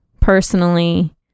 personally